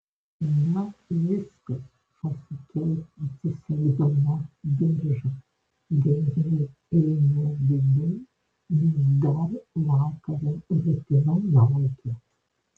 na viskas pasakiau atsisegdama diržą geriau eime vidun nes dar vakaro rutina laukia